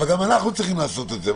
אבל גם אנחנו צריכים לעשות את זה,